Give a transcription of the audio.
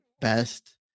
best